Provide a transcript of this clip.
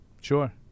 Sure